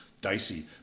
dicey